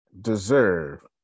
deserve